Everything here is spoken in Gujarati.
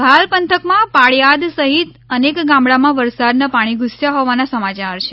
ભાલ પંથકમાં પાળીયાદ સહિત અનેક ગામડામાં વરસાદના પાણી ધુસયા હોવાના સમાચાર છે